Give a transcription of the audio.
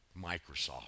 Microsoft